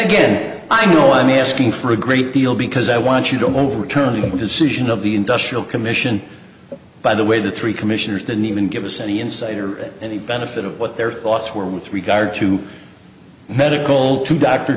again i know i'm asking for a great deal because i want you to overturn the decision of the industrial commission by the way the three commissioners than even give us any insight or any benefit of what their thoughts were with regard to medical doctor